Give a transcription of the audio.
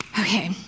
Okay